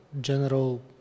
general